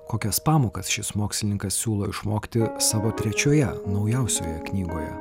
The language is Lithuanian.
kokias pamokas šis mokslininkas siūlo išmokti savo trečioje naujausioje knygoje